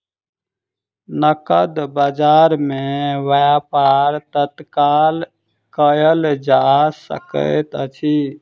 नकद बजार में व्यापार तत्काल कएल जा सकैत अछि